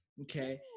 Okay